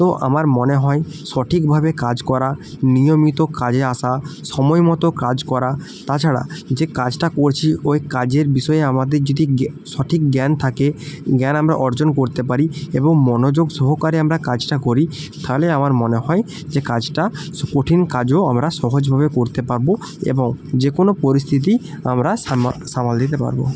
তো আমার মনে হয় সঠিকভাবে কাজ করা নিময়িত কাজে আসা সময় মতো কাজ করা তাছাড়া যে কাজটা করছি ওই কাজের বিষয়ে আমাদের যদি সঠিক জ্ঞান থাকে জ্ঞান আমরা অর্জন করতে পারি এবং মনোযোগ সহকারে আমরা কাজটা করি থালে আমার মনে হয় যে কাজটা কঠিন কাজও আমরা সহজভাবে করতে পাববো এবং যে কোনো পরিস্থিতিই আমরা সামাল দিতে পারবো